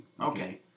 Okay